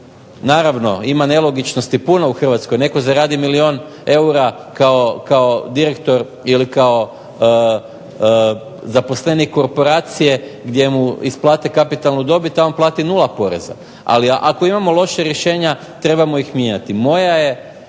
naravno ima nelogičnosti puno u Hrvatskoj, netko zaradi milijun eura kao direktor ili kao zaposlenik korporacije gdje mu isplate kapitalnu dobit, a on plati nula poreza. Ali ako imamo loših rješenja trebamo ih mijenjati. Moja je